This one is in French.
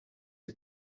est